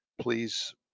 please